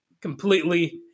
completely